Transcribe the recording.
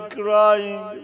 crying